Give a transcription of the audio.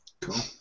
Cool